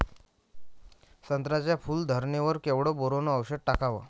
संत्र्याच्या फूल धरणे वर केवढं बोरोंन औषध टाकावं?